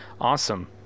awesome